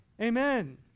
Amen